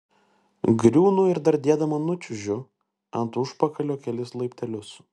griūnu ir dardėdama nučiuožiu ant užpakalio kelis laiptelius